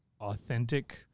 authentic